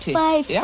five